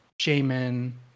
Shaman